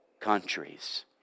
countries